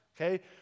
okay